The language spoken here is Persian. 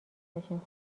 داشتیم